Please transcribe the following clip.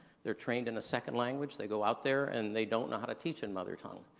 they're trained in a second language. they go out there and they don't know how to teach in mother tongue.